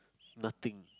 nothing